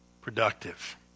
productive